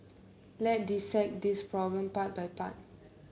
let dissect this problem part by part